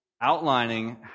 outlining